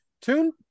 Tune